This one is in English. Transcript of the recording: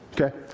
Okay